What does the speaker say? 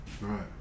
Right